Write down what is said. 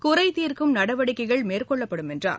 குறைதீர்க்கும் நடவடிக்கைகள் மேற்கொள்ளப்படும் என்றார்